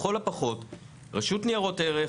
לכל הפחות רשות ניירות ערך,